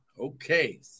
Okay